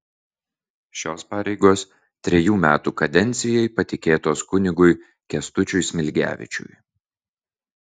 šios pareigos trejų metų kadencijai patikėtos kunigui kęstučiui smilgevičiui